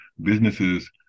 businesses